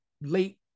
late